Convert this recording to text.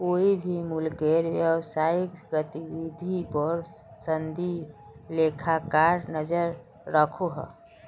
कोए भी मुल्केर व्यवसायिक गतिविधिर पोर संदी लेखाकार नज़र रखोह